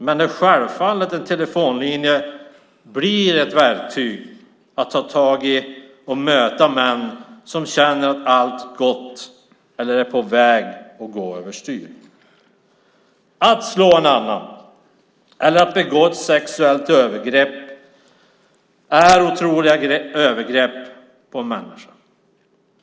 Men självfallet blir en telefonlinje ett verktyg för att ta tag i och möta män som känner att allt har gått över styr eller är på väg att göra det. Att slå en annan eller att begå ett sexuellt övergrepp är att begå ett otroligt övergrepp mot en människa.